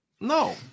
no